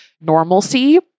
normalcy